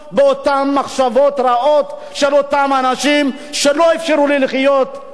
אנשים שלא אפשרו לי לחיות חיים נורמליים של כמה חודשים.